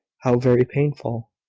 how very painful!